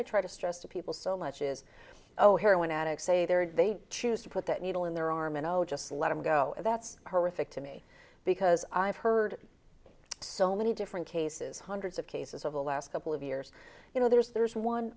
i try to stress to people so much is oh a heroin addict say there they choose to put that needle in their arm and i'll just let him go that's horrific to me because i've heard so many different cases hundreds of cases over the last couple of years you know there's there's one